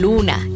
Luna